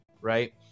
right